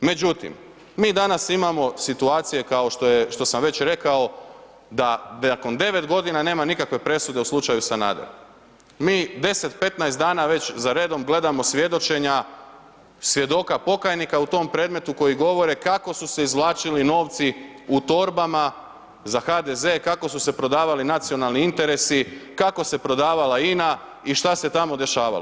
Međutim, mi danas imamo situacije kao što sam već i rekao da nakon 9 nema nikakve presude u slučaju Sanader, mi 10, 15 dana već zaredom gledamo svjedočenja, svjedoka pokajnika u tom predmetu koji govore kako su se izvlačili novci u torbama za HDZ, kako su se prodavali nacionalni interesi, kako se prodavala INA i šta se tamo dešavalo.